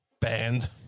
band